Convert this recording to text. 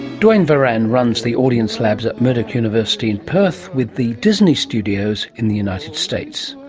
duane varan runs the audience labs at murdoch university in perth, with the disney studios in the united states,